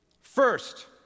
First